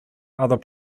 other